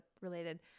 related